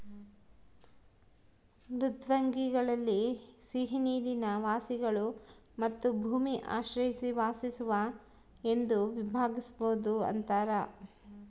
ಮೃದ್ವಂಗ್ವಿಗಳಲ್ಲಿ ಸಿಹಿನೀರಿನ ವಾಸಿಗಳು ಮತ್ತು ಭೂಮಿ ಆಶ್ರಯಿಸಿ ವಾಸಿಸುವ ಎಂದು ವಿಭಾಗಿಸ್ಬೋದು ಅಂತಾರ